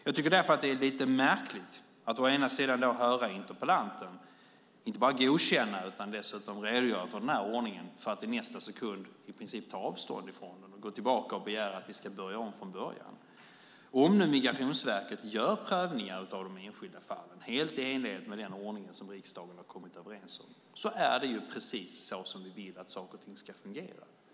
Jag tycker därför att det är lite märkligt att höra interpellanten å ena sidan inte bara godkänna utan dessutom redogöra för den här ordningen och å andra sidan, i nästa sekund, i princip ta avstånd från den och gå tillbaka och begära att vi ska börja om från början. Om nu Migrationsverket gör prövningar av de enskilda fallen helt i enlighet med den ordning som riksdagen har kommit överens om är det precis så som vi vill att saker och ting ska fungera.